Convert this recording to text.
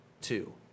two